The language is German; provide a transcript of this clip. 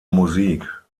musik